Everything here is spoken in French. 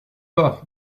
pas